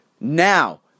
Now